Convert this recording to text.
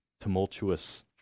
tumultuous